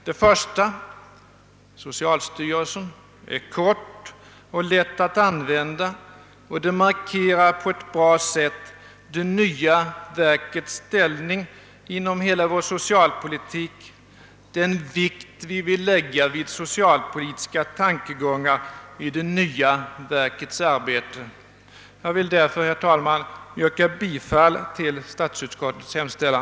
Det förstnämnda, socialstyrelsen, är kort och lätt att använda och det markerar utmärkt det nya verkets ställning inom hela vår socialpolitik och den vikt vi vill lägga vid socialpolitiska tankegångar i det nya verkets arbete. Jag vill därför, herr talman, yrka bifall till statsutskottets hemställan.